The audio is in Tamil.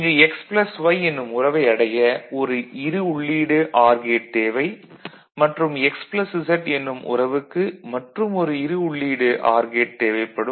இங்கு x y என்னும் உறவை அடைய ஒரு 2 உள்ளீடு ஆர் கேட் தேவை மற்றும் x z என்னும் உறவுக்கு மற்றுமொரு 2 உள்ளீடு ஆர் கேட் தேவைப்படும்